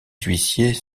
huissiers